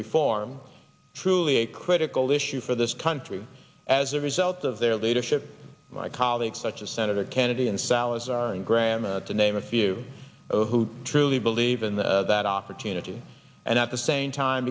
reform truly a critical issue for this country as a result of their leadership my colleagues such as senator kennedy and salazar and graham to name a few of who truly believe in the that opportunity and at the same time